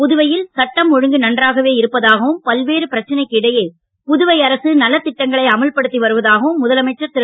புதுவையில் சட்டம் ஒழுங்கு நன்றாகவே இருப்பதாகவும் பல்வேறு பிரச்சனைக்கு இடையே புதுவை அரசு நலத்திட்டங்களை அமல் படுத்தி வருவதாகவும் முதலமைச்சர் திரு